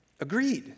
agreed